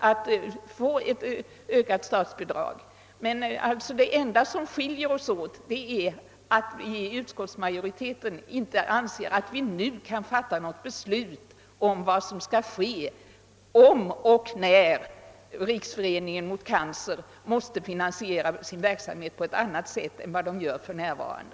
Det enda som skiljer oss från reservanterna är att vi i utskottsmajoriteten inte anser att vi nu kan fatta beslut om vad som skall ske om och när Riksföreningen mot cancer måste finansiera sin verksamhet på ett annat sätt än den gör för närvarande.